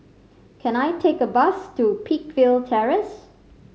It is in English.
can I take a bus to Peakville Terrace